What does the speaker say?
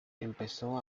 empezó